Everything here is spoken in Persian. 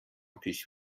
پیش